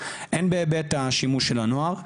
הן בהיבט השימוש של הנוער,